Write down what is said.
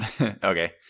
okay